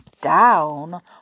down